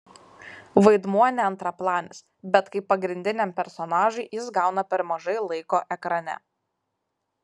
vaidmuo ne antraplanis bet kaip pagrindiniam personažui jis gauna per mažai laiko ekrane